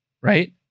right